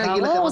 ברור.